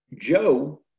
Joe